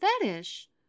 fetish